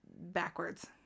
backwards